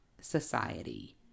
society